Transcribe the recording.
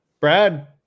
Brad